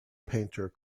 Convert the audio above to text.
painter